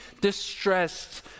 distressed